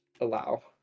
allow